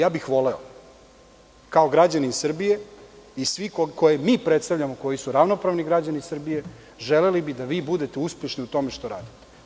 Ja bih voleo, kao građanin Srbije i svi koje mi predstavljamo, koji su ravnopravni građani Srbije, želeli bi da vi budete uspešni u tome što radite.